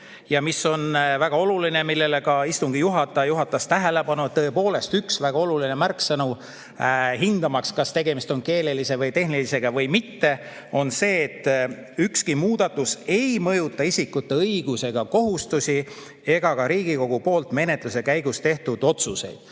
Ja mis on väga oluline, millele ka istungi juhataja tähelepanu juhtis, tõepoolest, üks väga oluline märksõna, hindamaks, kas tegemist on keelelise või tehnilise [muudatusega] või mitte, on see, et ükski muudatus ei mõjuta isikute õigusi ega kohustusi ega ka Riigikogu poolt menetluse käigus tehtud otsuseid.